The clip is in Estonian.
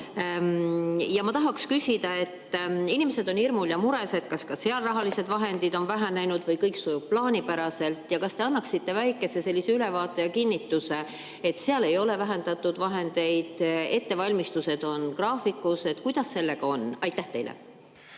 Ma tahaksin küsida. Inimesed on hirmul ja mures, kas ka seal rahalised vahendid on vähenenud või kõik sujub plaanipäraselt. Kas te annaksite väikese ülevaate ja kinnituse, et seal ei ole vähendatud vahendeid, ettevalmistused on graafikus? Kuidas sellega on? Aitäh!